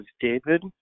David